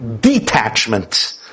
detachment